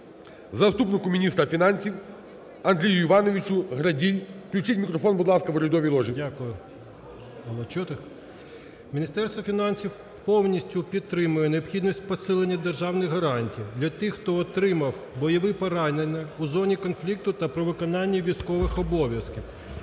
заступнику міністра фінансів Андрію Івановичу Граділь. Включіть мікрофон, будь ласка, в урядовій ложі. 16:12:19 ГРАДІЛЬ А.І. Дякую. Міністерство фінансів повністю підтримує необхідність посилення державних гарантій для тих, хто отримав бойове поранення у зоні конфлікту та при виконанні військових обов'язків.